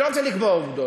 אני לא רוצה לקבוע עובדות,